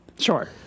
sure